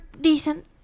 decent